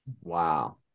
Wow